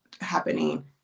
happening